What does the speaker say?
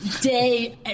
Day